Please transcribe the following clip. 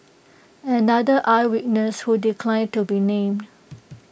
another eye witness who declined to be named